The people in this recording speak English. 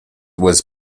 was